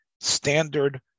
standard